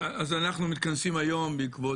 אנחנו מתכנסים היום בעקבות